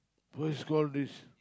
worse call this